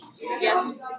Yes